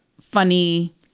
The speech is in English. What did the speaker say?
funny